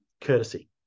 courtesy